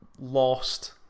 lost